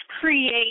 create